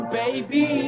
baby